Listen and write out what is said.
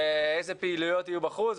איזה פעילויות יהיו בחוץ?